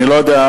אני לא יודע,